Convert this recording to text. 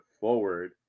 forward